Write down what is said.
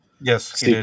yes